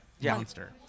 monster